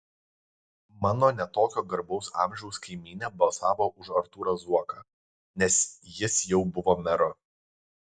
mano ne tokio garbaus amžiaus kaimynė balsavo už artūrą zuoką nes jis jau buvo meru